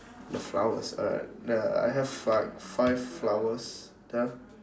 the flowers alright the I have five five flowers there